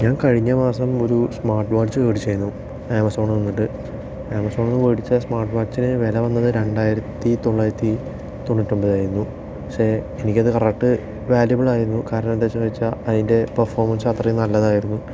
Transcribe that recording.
ഞാൻ കഴിഞ്ഞ മാസം ഒരു സ്മാർട്ട് വാച്ച് മേടിച്ചിരുന്നു ആമസോൺ വന്നിട്ട് ആമസോണിൽ നിന്ന് മേടിച്ച സ്മാർട്ട് വാച്ചിന് വില വന്നത് രണ്ടായിരത്തി തൊള്ളായിരത്തി തൊണ്ണൂറ്റൊമ്പത് ആയിരുന്നു പക്ഷെ എനിക്കത് കറക്ട് വാല്യബിൾ ആയിരുന്നു കാരണം എന്താ ചോദിച്ചാൽ അതിൻ്റെ പെർഫോമൻസ് അത്രയും നല്ലതായിരുന്നു